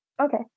Okay